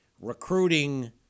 recruiting